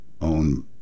own